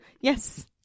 yes